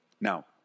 Now